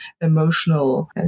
emotional